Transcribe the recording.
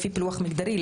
לפי פילוח מגדרי,